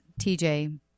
TJ